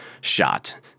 shot